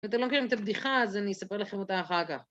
אם אתם לא מכירים את הבדיחה, אז אני אספר לכם אותה אחר כך.